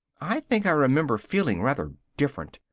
i think i remember feeling rather different.